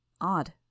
Odd